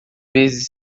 vezes